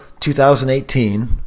2018